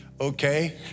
okay